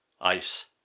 ice